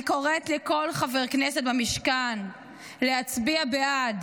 אני קוראת לכל חבר כנסת במשכן להצביע בעד.